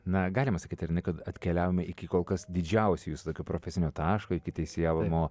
na galima sakyti kad atkeliavome iki kol kas didžiausio jūsų tokio profesinio taško iki teisėjavimo